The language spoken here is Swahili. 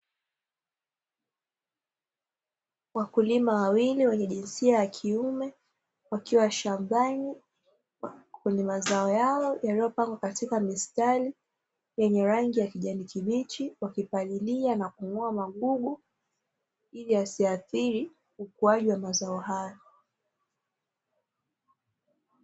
Wakulima wawili wenye jinsia ya kiume wakiwa shambani kwenye mazao yao yaliopangwa katika mistari yenye rangi ya kijani kibichi, wakipalilia na kung'oa magugu ili yasiathiri ukuaji wa mazao hayo.